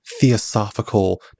Theosophical